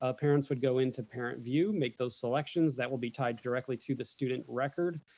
ah parents would go into parent view, make those selections that will be tied directly to the student record,